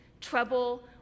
trouble